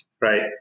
Right